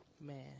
Man